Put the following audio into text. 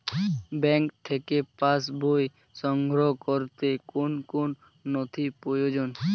Bank থেকে pass বই সংগ্রহ করতে কোন কোন নথি প্রয়োজন?